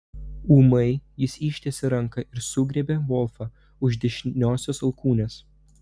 ūmai jis ištiesė ranką ir sugriebė volfą už dešiniosios alkūnės